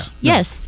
yes